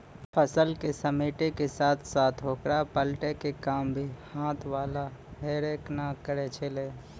फसल क समेटै के साथॅ साथॅ होकरा पलटै के काम भी हाथ वाला हे रेक न करै छेलै